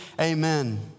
amen